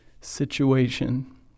situation